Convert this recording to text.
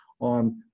on